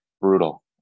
brutal